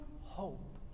hope